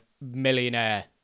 millionaire